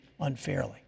unfairly